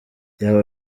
yaba